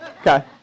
okay